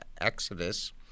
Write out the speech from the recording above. Exodus